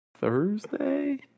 Thursday